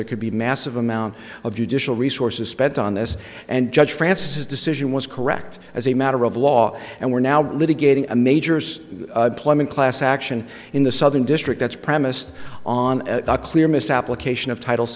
there could be a massive amount of judicial resources spent on this and judge francis decision was correct as a matter of law and we're now litigating a major's plumbing class action in the southern district that's premised on a clear misapplication of title